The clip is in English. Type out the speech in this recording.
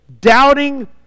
doubting